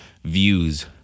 views